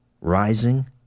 rising